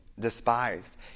despised